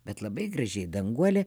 bet labai gražiai danguolė